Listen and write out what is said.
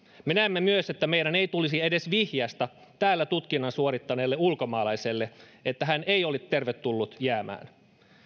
me näemme myös että meidän ei tulisi edes vihjaista täällä tutkinnon suorittaneelle ulkomaalaiselle että hän ei ole tervetullut jäämään